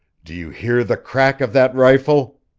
do you hear the crack of that rifle?